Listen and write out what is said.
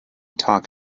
talk